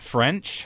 French